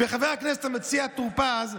וחבר הכנסת טור פז,